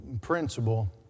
principle